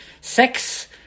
sex